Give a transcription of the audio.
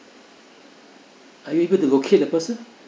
are you able to locate the person